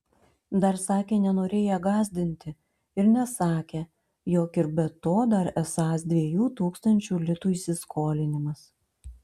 dar sakė nenorėję gąsdinti ir nesakę jog ir be to dar esąs dviejų tūkstančių litų įsiskolinimas